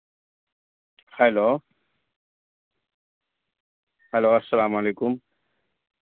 hello hello السّلام علیکم